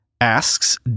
asks